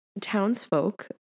townsfolk